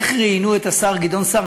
איך ראיינו את השר גדעון סער,